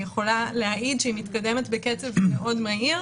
יכולה להעיד שהיא מתקדמת בקצב מאוד מהיר,